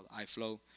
iFlow